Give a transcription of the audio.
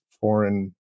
foreign